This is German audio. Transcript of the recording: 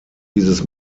dieses